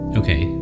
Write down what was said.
okay